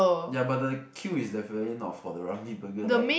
ya but the queue is definitely not for the Ramly Burger like